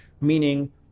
meaning